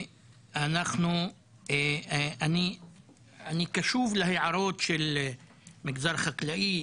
אני קשוב להערות של המגזר החקלאי,